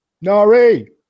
Nari